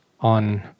on